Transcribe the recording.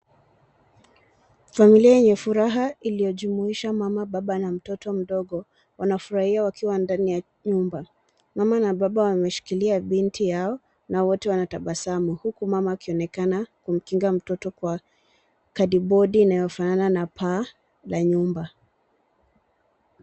Familia yenye furaha, iliyojumuisha baba, mama na mtoto wanafurahia wakiwa ndani ya nyumba. Mama na baba wameshikilia binti yao na wote wanatabasamu huku mama akionekana kumkinga mtoto kwa kadibodi inayofanana na paa la nyumba.